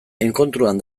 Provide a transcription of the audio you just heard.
enkontruan